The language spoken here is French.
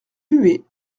huet